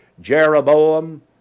Jeroboam